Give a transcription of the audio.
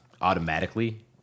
automatically